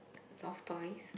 soft toys